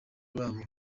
b’aba